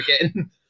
again